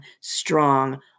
strong